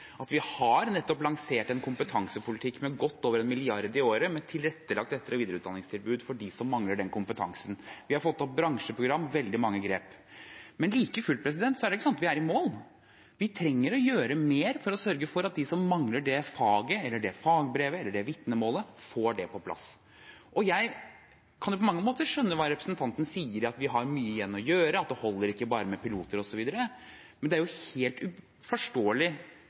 at vi har lansert nettopp en kompetansepolitikk til godt over 1 mrd. kr i året med tilrettelagt etter- og videreutdanningstilbud for dem som mangler den kompetansen. Vi har fått opp bransjeprogram, det er veldig mange grep. Like fullt er det ikke slik at vi er i mål. Vi trenger å gjøre mer for å sørge for at de som mangler det faget, eller det fagbrevet eller det vitnemålet, får det på plass. Jeg kan på mange måter skjønne hva representanten sier om at vi har mye igjen å gjøre, at det ikke holder med bare piloter, osv. Men det er helt uforståelig